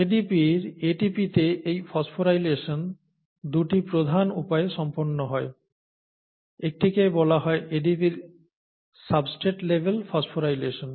ADP র ATP তে এই ফসফোরাইলেশন 2 টি প্রধান উপায়ে সম্পন্ন হয় একটিকে বলা হয় ADP র সাবস্টেট লেভেল ফসফোরাইলেশন